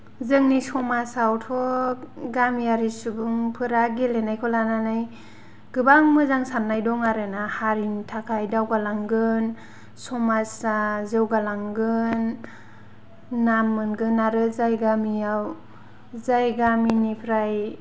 जोंनि समाजावथ' गामियारि सुबुंफोरा गेलेनायखौ लानानै गोबां मोजां सान्नाय दं आरोना हारिनि थाखाय दावगालांगोन समाजा जौगालांगोन नाम मोनगोन आरो जाय गामियाव जाय गामिनिफ्राय